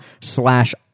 slash